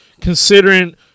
considering